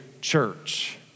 church